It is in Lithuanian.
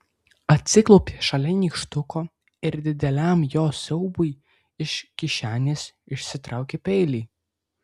atsiklaupė šalia nykštuko ir dideliam jo siaubui iš kišenės išsitraukė peilį